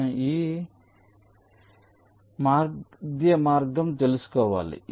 నేను ఈ మరియు ఈ మధ్య మార్గం తెలుసుకోవాలి